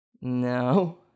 No